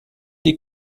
die